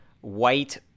white